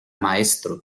maestro